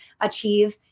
achieve